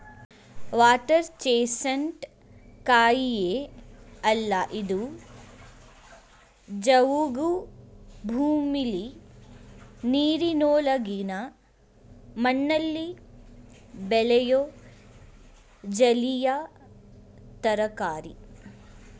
water chestnut ಕಾಯಿಯೇ ಅಲ್ಲ ಇದು ಜವುಗು ಭೂಮಿಲಿ ನೀರಿನೊಳಗಿನ ಮಣ್ಣಲ್ಲಿ ಬೆಳೆಯೋ ಜಲೀಯ ತರಕಾರಿ